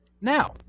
Now